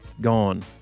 gone